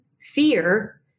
fear